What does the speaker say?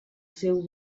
seu